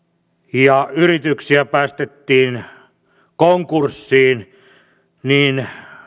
ja yrityksiä päästettiin konkurssiin niin